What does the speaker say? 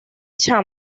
shaw